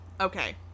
okay